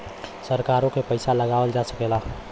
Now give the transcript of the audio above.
सरकारों के पइसा लगावल जा सकेला